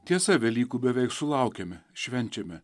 tiesa velykų beveik sulaukėme švenčiame